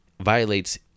violates